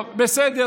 טוב, בסדר.